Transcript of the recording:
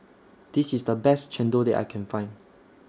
This IS The Best Chendol that I Can Find